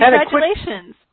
congratulations